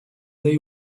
they